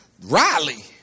Riley